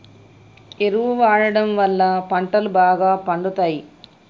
ఎరువు వాడడం వళ్ళ పంటలు బాగా పండుతయి